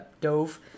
dove